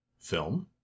film